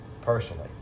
personally